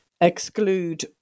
exclude